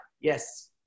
yes